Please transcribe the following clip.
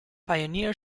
pioneer